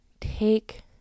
Take